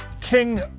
King